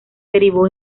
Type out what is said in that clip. derivó